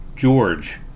George